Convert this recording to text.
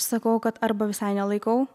sakau kad arba visai nelaikau